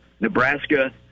Nebraska